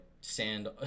sand